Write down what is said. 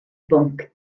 bwnc